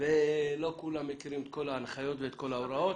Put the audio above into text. ולא כולם מכירים את כל ההנחיות ואת כל ההוראות.